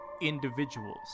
individuals